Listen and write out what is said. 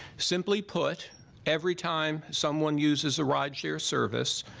simply put every time someone uses a ride share service.